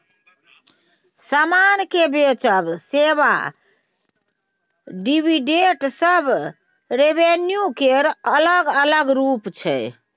समान केँ बेचब, सेबा, डिविडेंड सब रेवेन्यू केर अलग अलग रुप छै